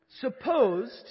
supposed